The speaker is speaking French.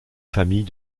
famille